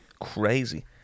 Crazy